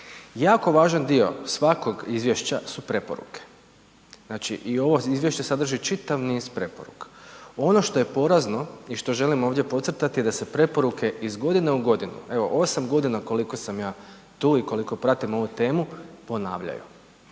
Jako važan dio svakog izvješća su preporuke, znači i ovo izvješće sadrži čitav niz preporuka. Ono što je porazno i što želimo ovdje podcrtati je da se preporuke iz godine u godinu, evo 8.g. koliko sam ja tu i koliko pratim ovu temu, ponavljaju.